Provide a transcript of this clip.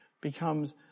becomes